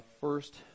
First